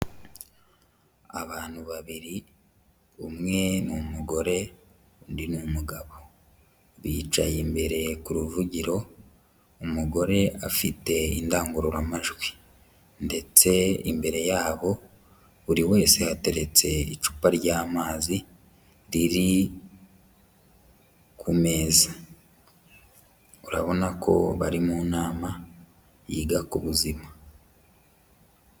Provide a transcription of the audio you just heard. Abantu babiri umwe ni umugore, undi ni umugabo, bicaye imbere ku ruvugiro umugore afite indangururamajwi ndetse imbere yabo buri wese hateretse icupa ry'amazi riri ku meza. Urabona ko bari mu nama yiga ku buzima.